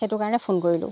সেইটো কাৰণে ফোন কৰিলোঁ